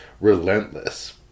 relentless